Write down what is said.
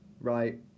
right